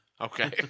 okay